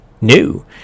new